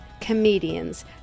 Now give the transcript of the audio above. comedians